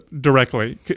directly